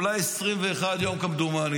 אולי 21 יום כמדומני.